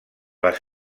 les